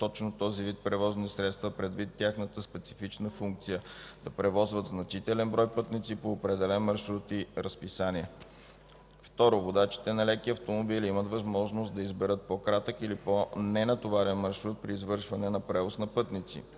точно този вид превозни средства, предвид тяхната специфична функция да превозват значителен брой пътници по определен маршрут и разписание; - водачите на леки автомобили имат възможност да изберат по-кратък или по-ненатоварен маршрут при извършване на превоз на пътници;